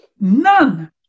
None